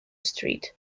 street